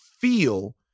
feel